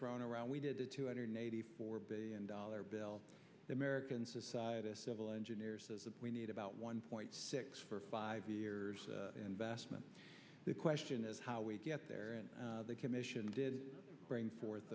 thrown around we did a two hundred eighty four billion dollar bill the american society of civil engineers says we need about one point six for five years investment the question is how we get there and the commission did bring forth